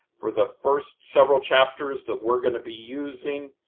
for the first several chapters, that we're going to be using,